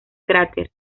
cráter